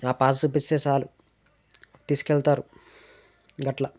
ఆ పాస్ చూపిస్తే చాలు తీసుకెళ్తారు గట్ల